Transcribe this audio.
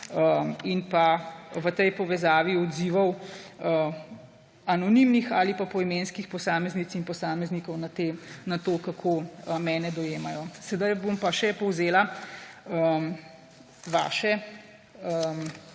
in pa v tej povezavi odzivov anonimnih ali pa poimenskih posameznic in posameznikov na to, kako mene dojemajo. Sedaj bom pa še povzela vaše